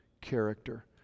character